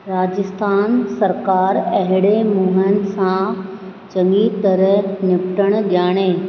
राजस्थान सरकार अहिड़े मूंहनि सां चङी तरह निपिटणु ॼाणे